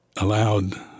allowed